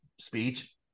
speech